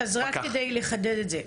אוקיי, אז רק כדי לחדד את זה.